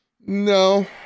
No